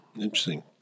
Interesting